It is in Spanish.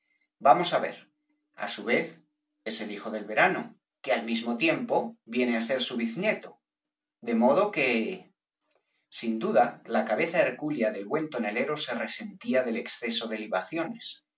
vamos á ver á su vez es el hijo del verano que al mismo tiempo viene á ser su biznieto de modo que sin duda la cabeza hercúlea del buen tonelero se resentía del exceso de